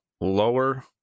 lower